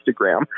Instagram